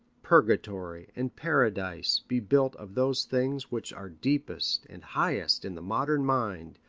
purgatory, and paradise be built of those things which are deepest and highest in the modern mind,